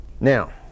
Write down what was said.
Now